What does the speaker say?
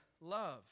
love